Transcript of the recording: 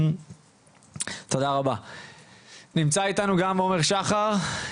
נמצא אתנו גם עומר שחר,